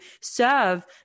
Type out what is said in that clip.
serve